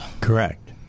Correct